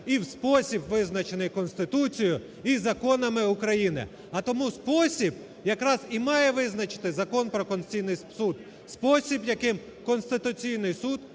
і в спосіб визначений Конституцією і законами України. А тому спосіб якраз і має визначити Закон про Конституційний Суд. Спосіб яким Конституційний Суд